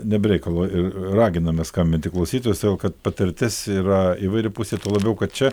ne be reikalo ir raginame skambinti klausytojus todėl kad patirtis yra įvairiapusė tuo labiau kad čia